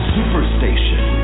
Superstation